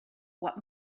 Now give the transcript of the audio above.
what